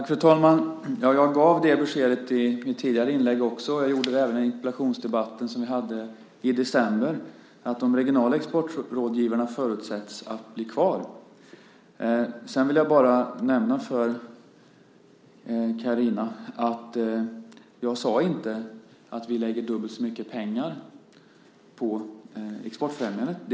Fru talman! Jag gav det beskedet i mitt tidigare inlägg, och jag gjorde det även i interpellationsdebatten i december. De regionala exportrådgivarna förutsätts bli kvar. Jag vill nämna för Carina att jag inte sade att vi lägger dubbelt så mycket pengar på exportfrämjandet.